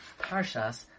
parshas